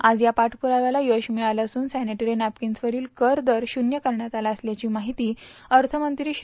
आज या पाठपुराव्याला यश्र मिळले असून सॅनेटरी नॅपकिन्सवरील कर दर शून्य करण्यात आला असल्याची माहिती अर्थमंत्री श्री